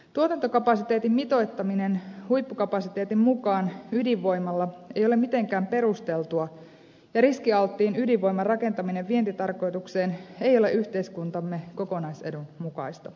tuotantokapasiteetin mitoittaminen huippukapasiteetin mukaan ydinvoimalla ei ole mitenkään perusteltua ja riskialttiin ydinvoiman rakentaminen vientitarkoitukseen ei ole yhteiskuntamme kokonaisedun mukaista